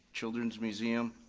children's museum.